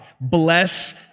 Bless